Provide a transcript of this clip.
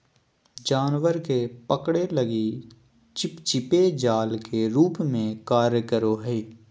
जानवर के पकड़े लगी चिपचिपे जाल के रूप में कार्य करो हइ